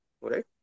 Right